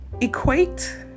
equate